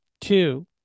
two